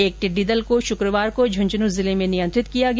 एक टिड्डी दल को शुक्रवार को झुन्झुनू जिले में नियंत्रित किया गया